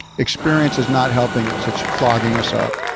experience is not helping us it's clogging us up.